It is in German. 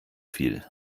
viel